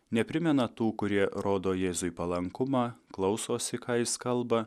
neprimena tų kurie rodo jėzui palankumą klausosi ką jis kalba